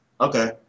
Okay